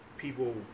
people